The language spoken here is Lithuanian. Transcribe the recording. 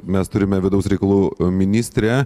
mes turime vidaus reikalų ministrę